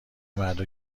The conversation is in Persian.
مردا